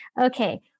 okay